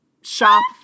shop